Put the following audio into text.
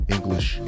English